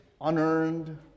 unearned